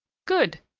good,